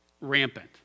rampant